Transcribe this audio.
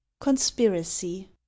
Conspiracy